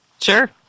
Sure